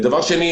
ברור.